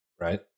right